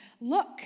Look